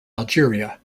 algeria